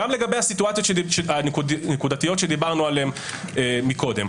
גם לגבי הסיטואציות הנקודתיות שדיברנו עליהם קודם.